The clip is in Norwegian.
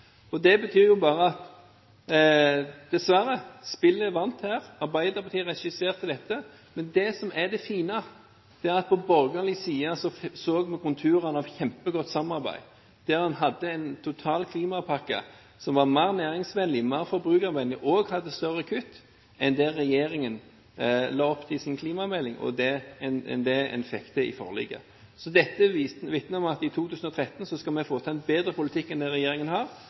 videre. Det betyr dessverre bare at spillet vant. Arbeiderpartiet regisserte dette. Men det som er det fine, er at vi på borgerlig side så konturene av et kjempegodt samarbeid, der en hadde en total klimapakke som var mer næringsvennlig, mer forbrukervennlig og hadde større kutt enn det regjeringen la opp til i sin klimamelding og fikk til i forliket. Dette vitner om at i 2013 skal vi få til en bedre politikk enn det regjeringen har.